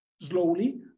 slowly